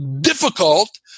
difficult